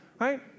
right